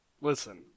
Listen